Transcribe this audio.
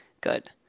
good